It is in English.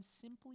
simply